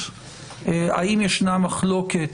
האם ישנה מחלוקת,